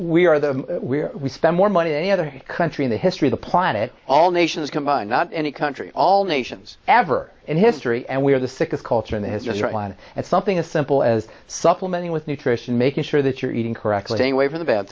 we are the we spend more money any other country in the history the planet all nations combined not any country all nations avar and history and we are the sickest culture and it has just landed at something as simple as supplementing with nutrition making sure that you're eating correctly anyway from the bad